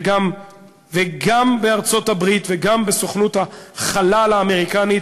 וגם בארצות-הברית וגם בסוכנות החלל האמריקנית,